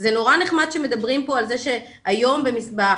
זה נורא נחמד שמדברים פה על זה שהיום בהכשרות,